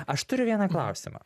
aš turiu vieną klausimą